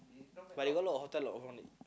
but they got a lot of hotel